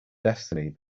destiny